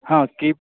ହଁ